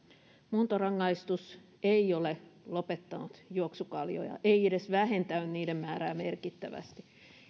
muuntorangaistus ei ole lopettanut juoksukaljoja ei edes vähentänyt niiden määrää merkittävästi